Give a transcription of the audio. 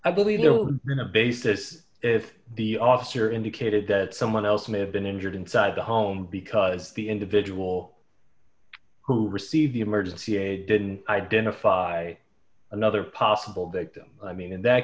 i believe in a basis if the officer indicated that someone else may have been injured inside the home because the individual who received the emergency aid didn't identify another possible that i mean in that